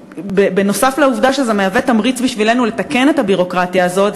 בנוסף לעובדה שזה מהווה תמריץ בשבילנו לתקן את הביורוקרטיה הזאת,